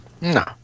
No